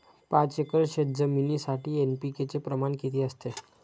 पाच एकर शेतजमिनीसाठी एन.पी.के चे प्रमाण किती असते?